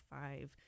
five